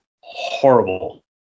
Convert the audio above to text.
horrible